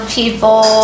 people